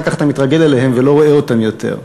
כך אתה מתרגל אליהם ולא רואה אותם יותר.